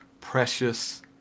precious